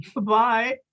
Bye